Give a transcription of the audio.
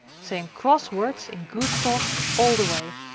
saying cross words in goose talk all the way!